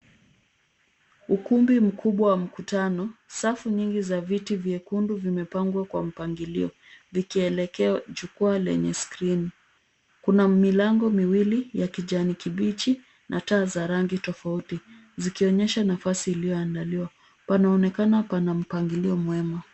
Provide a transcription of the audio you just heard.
Ukumbi mkubwa wa mkutano, safu nnyingi za viti vyekundu vimepangwa kwa mpangilio, vikielekea jukwaa lenye skrini, kuna milango miwili ya kijani kibichi na taa za rangi tofauti zikionyesha nafasi iliyoandaliwa, panaonekana pana mpangilio mwema.